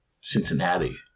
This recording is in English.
Cincinnati